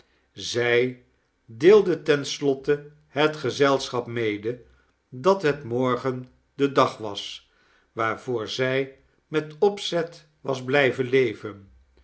zij deelde ten slotte het gezelschap mede dat het morgen de dag was waarvoor zij met opzet was blijven leven